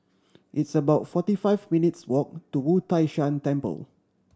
it's about forty five minutes' walk to Wu Tai Shan Temple